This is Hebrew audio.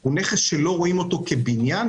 הוא נכס שלא רואים אותו כבניין,